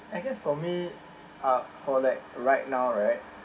I guess for me ah for like right now right